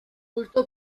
culto